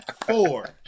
four